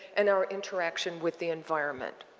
and our interaction with the environment.